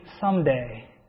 someday